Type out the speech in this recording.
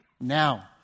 Now